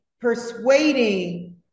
persuading